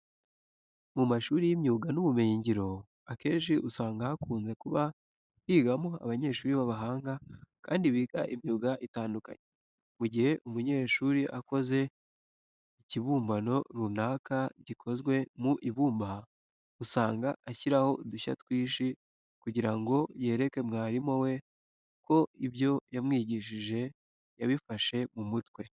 Mu mashuri y'imyuga n'ubumenyingiro akenshi usanga hakunze kuba higamo abanyeshuri b'abahanga kandi biga imyuga itandukanye. Mu gihe umunyeshuri akoze ikibumbano runaka gikozwe mu ibumba, usanga ashyiraho udushya twinshi kugira ngo yereke umwarimu we ko ibyo yamwigishije yabifashe mu mutwe.